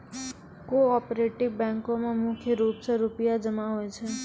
cooperative बैंको म मुख्य रूप से रूपया जमा होय छै